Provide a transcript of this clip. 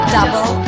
Double